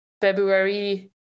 February